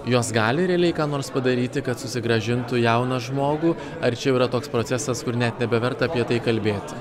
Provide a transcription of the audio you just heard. jos gali realiai ką nors padaryti kad susigrąžintų jauną žmogų ar čia jau yra toks procesas kur net nebeverta apie tai kalbėti